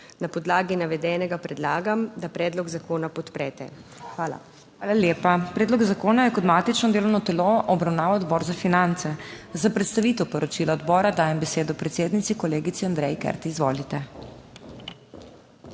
Na podlagi navedenega predlagam, da predlog zakona podprete. Hvala. **PODPREDSEDNICA MAG. MEIRA HOT:** Hvala lepa. Predlog zakona je kot matično delovno telo obravnaval Odbor za finance, za predstavitev poročila odbora dajem besedo predsednici, kolegici Andreji Kert. Izvolite.